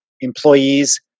employees